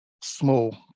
small